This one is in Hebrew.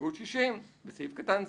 הסתייגות 60: בסעיף קטן (ז),